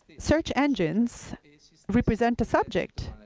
search engines represent a subject.